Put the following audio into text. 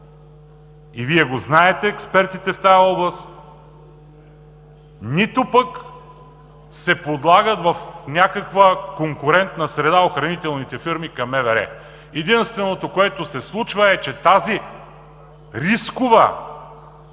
и Вие, експертите в тази област, го знаете, нито пък се подлагат в някаква конкурентна среда охранителните фирми към МВР. Единственото, което се случва, е, че тази рискова